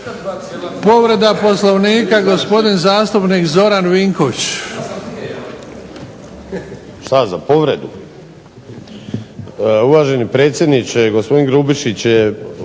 Povreda Poslovnika gospodin zastupnik Zoran Vinković. **Vinković, Zoran (HDSSB)** Uvaženi predsjedniče, gospodin Grubišić je